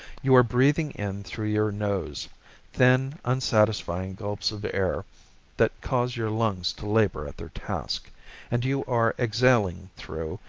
you are breathing in through your nose thin, unsatisfying gulps of air that cause your lungs to labor at their task and you are exhaling through,